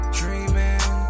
dreaming